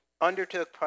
undertook